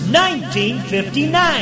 1959